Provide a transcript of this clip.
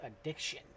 addiction